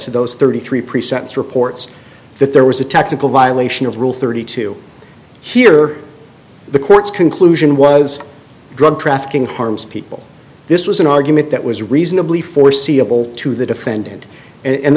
to those thirty three precepts reports that there was a technical violation of rule thirty two here the courts conclusion was drug trafficking harms people this was an argument that was reasonably foreseeable to the defendant